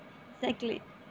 exactly